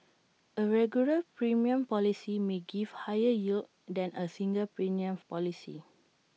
A regular premium policy may give higher yield than A single premium policy